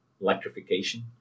electrification